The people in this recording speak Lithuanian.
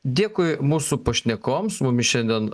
dėkui mūsų pašnekovams su mumis šiandien